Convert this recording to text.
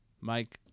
Mike